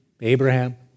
Abraham